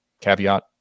caveat